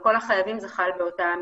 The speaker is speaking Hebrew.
זה חל על כל החייבים באותה מידה,